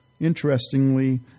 Interestingly